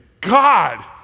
God